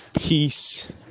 peace